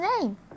name